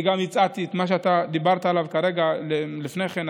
אני גם הצעתי את מה שאתה דיברת עליו לפני כן,